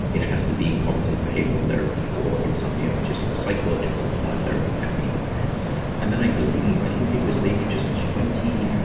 it has to be cognitive behavioral therapy for insomnia, which is the psychological therapy technique and then i believe, i think it was maybe just twenty.